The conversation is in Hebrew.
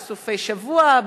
בסופי-שבוע,